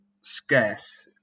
scarce